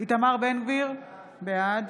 איתמר בן גביר, בעד